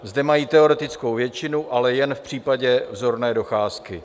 Zde mají teoretickou většinu, ale jen v případě vzorné docházky.